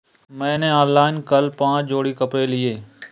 मैंने ऑनलाइन कल पांच जोड़ी कपड़े लिए